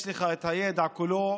יש לך את הידע כולו,